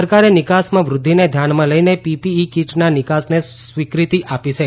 સરકારે નિકાસમાં વૃધ્યિને ધ્યાનમાં લઈને પીપીઈ કીટનાં નિકાસને સ્વીકૃતિ આપી છે